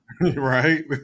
Right